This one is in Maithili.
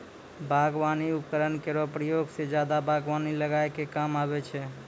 बागबानी उपकरन केरो प्रयोग सें जादा बागबानी लगाय क काम आबै छै